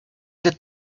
get